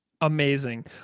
Amazing